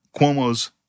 Cuomo's